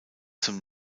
zum